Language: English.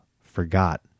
forgot